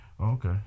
Okay